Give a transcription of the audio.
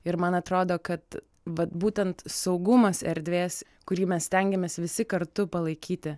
ir man atrodo kad vat būtent saugumas erdvės kurį mes stengiamės visi kartu palaikyti